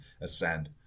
ascend